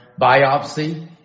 biopsy